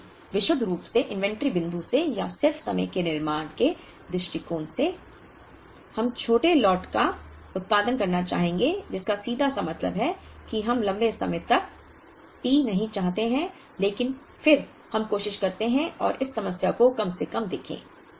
इसलिए विशुद्ध रूप से इन्वेंट्री बिंदु से या सिर्फ समय के निर्माण के दृष्टिकोण से हम छोटे लॉट का उत्पादन करना चाहेंगे जिसका सीधा सा मतलब है कि हम लंबे समय तक टी नहीं चाहते हैं लेकिन फिर हम कोशिश करते हैं और इस समस्या को कम से कम देखें